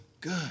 good